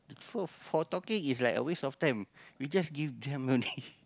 for for talking it's like a waste of time we just give them only